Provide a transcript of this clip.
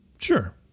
Sure